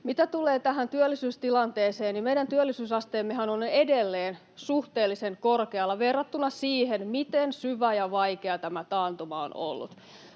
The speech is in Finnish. työllisyysasteemmehan on edelleen suhteellisen korkealla verrattuna siihen, miten syvä ja vaikea tämä taantuma on ollut.